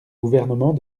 gouvernement